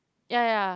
ya ya